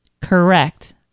Correct